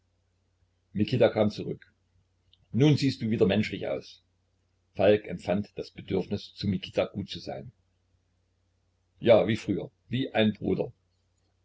mikita kam zurück nun siehst du wieder menschlich aus falk empfand das bedürfnis zu mikita gut zu sein ja wie früher wie ein bruder